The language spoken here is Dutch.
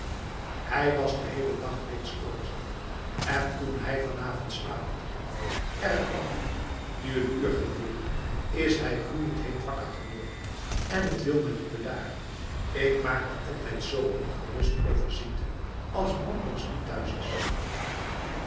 hij was de hele dag reeds koortsig en toen hij vanavond slapen ging erg warm nu een uur geleden is hij gloeiend heet wakker geworden en het wil maar niet bedaren ik maak me altijd zo ongerust over ziekte als bronkhorst niet thuis is